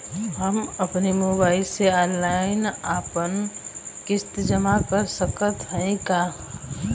हम अपने मोबाइल से ऑनलाइन आपन किस्त जमा कर सकत हई का?